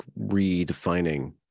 redefining